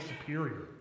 Superior